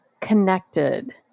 connected